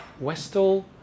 Westall